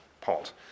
pot